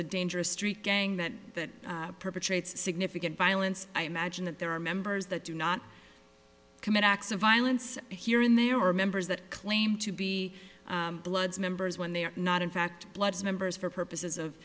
a dangerous street gang that perpetrate significant violence i imagine that there are members that do not commit acts of violence here in there are members that claim to be bloods members when they are not in fact bloods members for purposes of